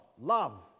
love